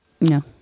No